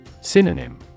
Synonym